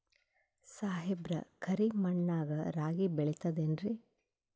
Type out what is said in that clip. ಸಾಹೇಬ್ರ, ಕರಿ ಮಣ್ ನಾಗ ರಾಗಿ ಬೆಳಿತದೇನ್ರಿ?